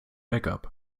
backup